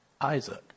Isaac